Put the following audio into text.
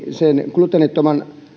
gluteenittoman